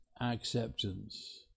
acceptance